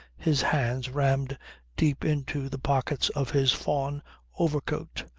his hands rammed deep into the pockets of his fawn overcoat.